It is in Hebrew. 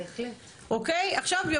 עכשיו,